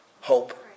hope